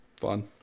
Fun